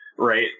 Right